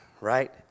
right